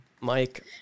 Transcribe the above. Mike